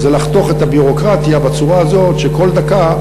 לחתוך את הביורוקרטיה בצורה הזאת שכל דקה,